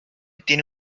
tiene